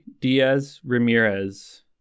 Diaz-Ramirez